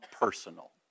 personal